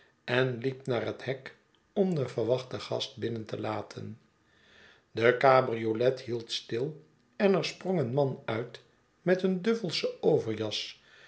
en liep naar het hek om den verwachten gast binnen te laten de cabriolet hield stil en er sprong een man uit met een duffelschen overjas